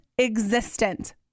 existent